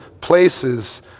places